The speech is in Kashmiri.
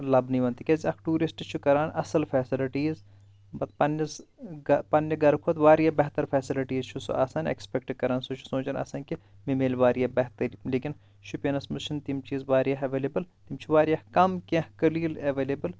لبنہٕ یِوان تِکیازِ اکھ ٹوٗرسٹ چھُ کران اصل فیسلٹیٖز پننِس پننہِ گرٕ کھۄتہٕ واریاہ بہتر فیسلٹیٖز چھُ سُہ آسان ایٚکسپیکٹ کران سُہ چھُ سونٛچان آسان کہِ مےٚ میلہِ واریاہ بہتر لیکِن شُپینَس منٛز چھنہٕ تِم چیٖز واریاہ ایٚویٖلیبٕل تِم چھِ واریاہ کم کینٛہہ قٔلیل ایٚویلیبٕل